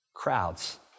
Crowds